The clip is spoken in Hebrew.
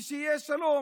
ושיהיה שלום.